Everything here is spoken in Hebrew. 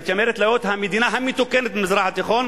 המתיימרת להיות המדינה המתוקנת במזרח התיכון,